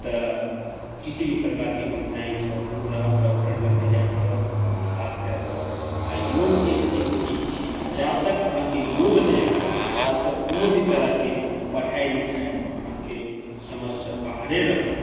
तऽ किसी प्रकारके कठिनाइसँ दूर रहब डॉक्टर लग नहि जाए पड़त खास कए कऽ आ योग एक एहन चीज अछि जा तक अहाँकेँ योग नहि होयत तातक कोनो भी तरहकेँ पढ़ाइ लिखाइ अहाँकेँ समझसँ बाहरे रहत